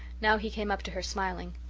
now he came up to her smiling.